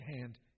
hand